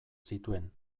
zituen